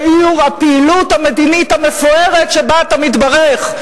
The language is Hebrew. תיאור הפעילות המדינית המפוארת שבה אתה מתברך.